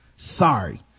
sorry